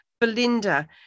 belinda